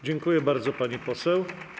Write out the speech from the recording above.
Dziękuję bardzo, pani poseł.